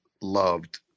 loved